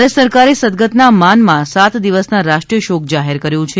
ભારત સરકારે સદગતના માનમાં સાત દિવસના રાષ્ટ્રીય શોક જાહેર કર્યો છે